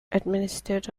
administered